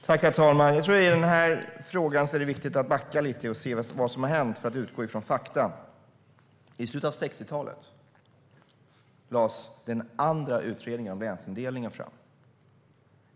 Herr talman! I den här frågan tror jag att det är viktigt att backa lite och se vad som har hänt för att utgå från fakta. I slutet av 60-talet lades den andra utredningen av länsindelningen fram.